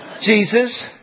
Jesus